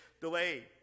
delayed